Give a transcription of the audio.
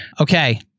Okay